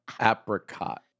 apricot